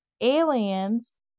aliens